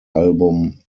album